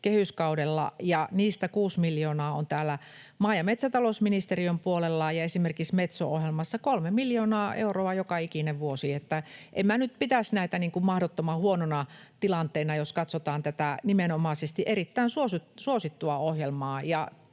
kehyskaudella, ja niistä kuusi miljoonaa on täällä maa- ja metsätalousministeriön puolella, ja esimerkiksi Metso-ohjelmassa on kolme miljoonaa euroa joka ikinen vuosi, niin että en minä nyt pitäisi tätä mahdottoman huonona tilanteena, jos katsotaan nimenomaisesti tätä erittäin suosittua ohjelmaa.